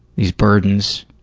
these burdens,